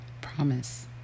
promise